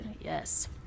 Yes